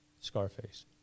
Scarface